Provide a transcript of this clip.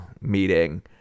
meeting